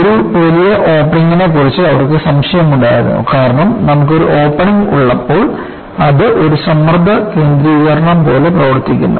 ഒരു വലിയ ഓപ്പണിംഗിനെക്കുറിച്ച് അവർക്ക് സംശയമുണ്ടായിരുന്നു കാരണം നമുക്കൊരു ഓപ്പണിങ് ഉള്ളപ്പോൾ അത് ഒരു സമ്മർദ്ദ കേന്ദ്രീകരണം പോലെ പ്രവർത്തിക്കുന്നു